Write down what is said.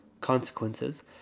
consequences